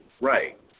right